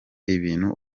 ibintu